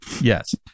Yes